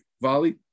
Volley